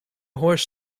horse